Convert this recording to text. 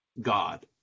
God